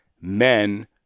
men